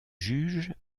juges